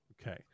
Okay